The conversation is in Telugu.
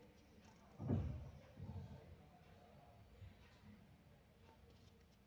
కొబ్బరి తోటలో ఎటువంటి అంతర పంటలు వేయవచ్చును?